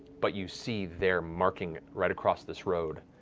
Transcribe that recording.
but you see there, marking right across this road,